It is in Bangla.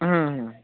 হুম হুম হুম